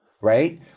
right